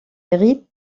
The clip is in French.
hérite